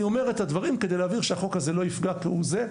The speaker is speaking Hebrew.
אני אומר את הדברים כדי להבהיר שהחוק הזה לא יפגע כהוא זה.